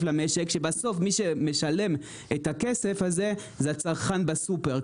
למשק ומי שבסוף משלם את הכסף זה הצרכן בסופר.